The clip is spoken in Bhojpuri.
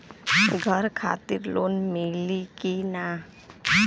घर खातिर लोन मिली कि ना?